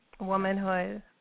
womanhood